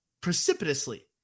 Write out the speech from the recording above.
precipitously